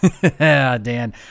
Dan